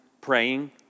praying